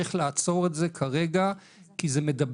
וצריך לעצור את זה כרגע כי זה מדבק.